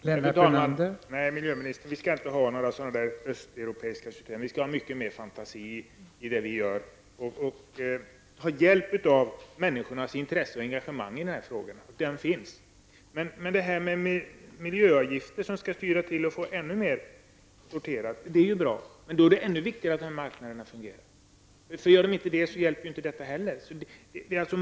Fru talman! Nej, miljöministern, vi skall inte ha några östeuropeiska system. Vi skall ha mycket mer fantasi i det vi gör och ta hjälp av människors intresse och engagemang i den här frågan. Detta intresse och detta engagemang finns. Det är bra att miljöavgifter skall styra så att ännu mer går till sortering. Men då är det ännu viktigare att marknaderna fungerar. Om marknaderna inte fungerar, hjälper inte heller detta.